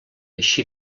així